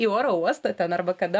į oro uostą ten arba kada